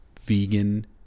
vegan